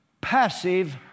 passive